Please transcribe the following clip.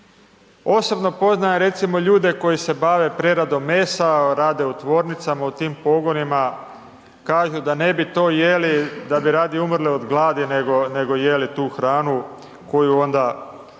Osobno poznajem recimo ljude koji se bave preradom mesa, rade u tvornicama u tim pogonima, kažu da ne bi to jeli, da bi radije umrli od gladi, nego jeli tu hranu koja se onda